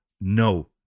no